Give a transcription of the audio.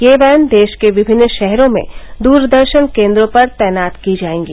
ये वैन देश के विभिन्न शहरों में द्रदर्शन केन्द्रों पर तैनात की जायेंगी